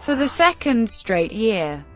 for the second straight year.